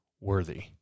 worthy